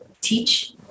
teach